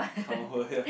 come over here